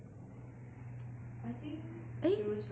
I think it was very lengthy